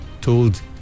told